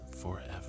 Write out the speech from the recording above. forever